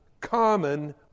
common